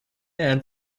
and